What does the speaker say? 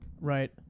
Right